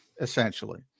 Essentially